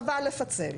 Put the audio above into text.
חבל לפצל.